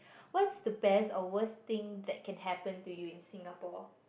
what's the best or worst thing that can happen to you in Singapore